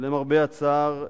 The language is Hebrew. למרבה הצער,